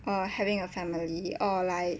uh having a family or like